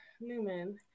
Newman